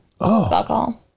alcohol